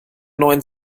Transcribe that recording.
neuen